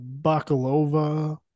Bakalova